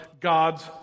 God's